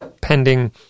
pending